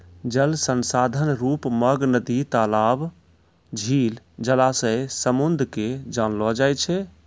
जल संसाधन रुप मग नदी, तलाब, झील, जलासय, समुन्द के जानलो जाय छै